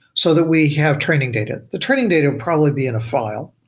so that we have training data. the training data probably be in a file.